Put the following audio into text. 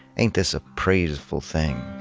ain't this a praiseful thing.